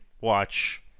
watch